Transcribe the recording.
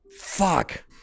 Fuck